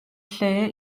lle